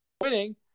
winning